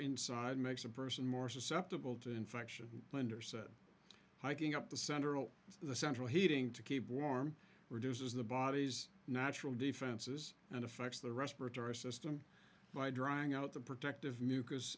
inside makes a person more susceptible to infection linder said hiking up the central the central heating to keep warm reduces the body's natural defenses and affects the respiratory system by drying out the protective mucus